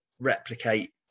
replicate